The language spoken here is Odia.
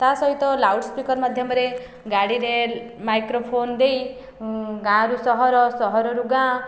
ତା ସହିତ ଲାଉଡ଼ସ୍ପିକର ମାଧ୍ୟମରେ ଗାଡ଼ିରେ ମାଇକ୍ରୋଫୋନ ଦେଇ ଗାଁରୁ ସହର ସହରରୁ ଗାଁ